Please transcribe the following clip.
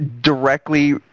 directly